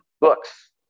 Books